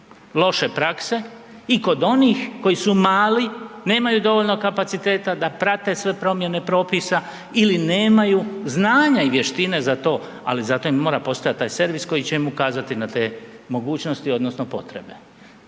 loše prakse i kod onih koji su mali, nemaju dovoljno kapaciteta da prate sve promjene propisa ili nemaju znanja i vještine za to, ali zato mora postojati taj servis koji će im ukazati ne te mogućnosti odnosno potrebe.